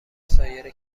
سایر